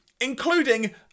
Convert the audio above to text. including